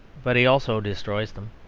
but he also destroys them.